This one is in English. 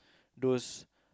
those